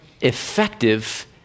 effective